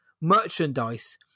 merchandise